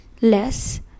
less